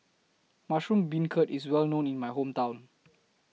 Mushroom Beancurd IS Well known in My Hometown